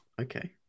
Okay